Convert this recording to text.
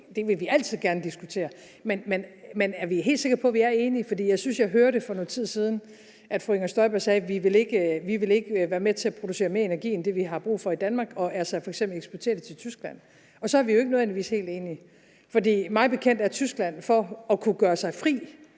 Det vil vi altid gerne diskutere. Men er vi helt sikre på, at vi er enige? For jeg synes, at jeg hørte for noget tid siden, at fru Inger Støjberg sagde, at man ikke vil være med til at producere mere energi end det, vi har brug for i Danmark, og altså f.eks. eksportere det til Tyskland, og så ervi jo ikke nødvendigvis helt enige. For mig bekendt er Tyskland for at kunne gøre sig fri